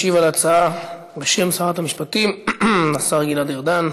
משיב על ההצעה, בשם שרת המשפטים, השר גלעד ארדן.